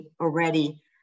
already